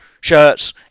shirts